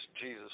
Jesus